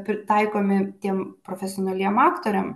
pritaikomi tiem profesionaliem aktoriam